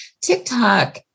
TikTok